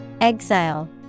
Exile